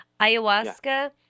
ayahuasca